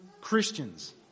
Christians